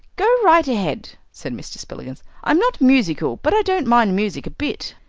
go right ahead, said mr. spillikins i'm not musical, but i don't mind music a bit.